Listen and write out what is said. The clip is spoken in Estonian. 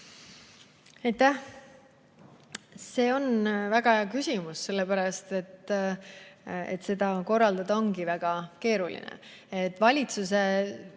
See on väga hea küsimus, sellepärast et seda korraldada ongi väga keeruline. Valitsuses